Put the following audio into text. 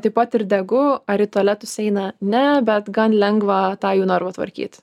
taip pat ir degu ar į tualetus eina ne bet gan lengva tą jų narvą tvarkyt